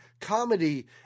comedy